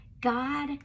God